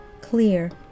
Clear